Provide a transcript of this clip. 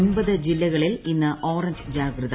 ഒൻപത് ജില്ലകളിൽ ഇന്ന് ഓറഞ്ച് ജാഗ്രത